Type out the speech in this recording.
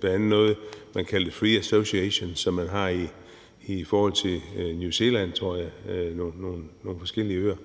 bl.a. noget, man kaldte free association, som nogle forskellige øer har i forhold til New Zealand, tror jeg. Men det